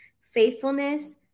faithfulness